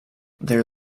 their